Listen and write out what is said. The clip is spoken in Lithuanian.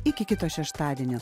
iki kito šeštadienio